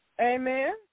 Amen